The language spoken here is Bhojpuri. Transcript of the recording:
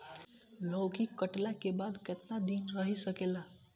लौकी कटले के बाद केतना दिन रही सकेला?